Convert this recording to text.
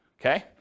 okay